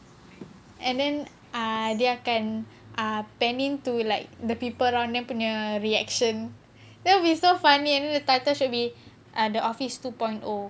and then uh dia akan uh bend into like the people around dia punya reaction that will be so funny and then the title should err the office two point O